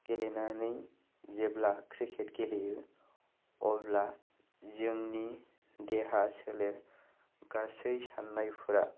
गेलेनानै जेब्ला क्रिकेट गेलेयो अब्ला जोंनि देहा सोलेर गासै साननायफोरा